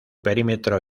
perímetro